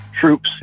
troops